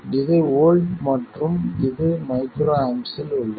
இது வோல்ட் மற்றும் இது µA இல் உள்ளது